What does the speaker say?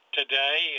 today